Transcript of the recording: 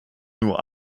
nur